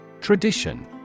Tradition